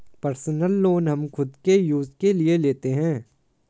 personal loan हम खुद के यूज के लिए लेते है